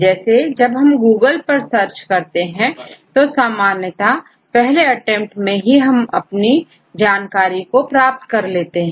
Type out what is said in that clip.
जैसे जब हम गूगल पर कुछ सर्च करते हैं तो अधिकतर पहली बार में ही हमें अपने उपयोग की जानकारी मिल जाती है